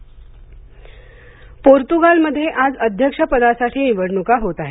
Portugal पोर्तुगालमध्ये आज अध्यक्ष पदासाठी निवडणुका होत आहेत